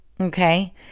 Okay